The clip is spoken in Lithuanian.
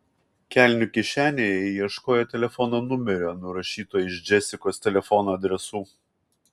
kelnių kišenėje ji ieškojo telefono numerio nurašyto iš džesikos telefono adresų